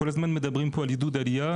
כל הזמן מדברים פה על עידוד עלייה.